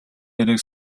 яриаг